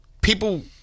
people